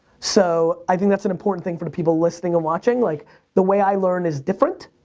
so i think that's an important thing for the people listening and watching. like the way i learn is different.